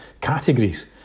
categories